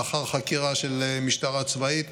לאחר חקירה של משטרה צבאית,